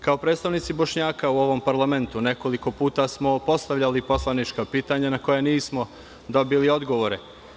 Kao predstavnici Bošnjaka u ovom parlamentu nekoliko puta smo postavljali poslanička pitanja, na koja nismo dobili odgovore.